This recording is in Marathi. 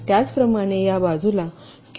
त्याचप्रमाणे या बाजूला Q4 असू शकते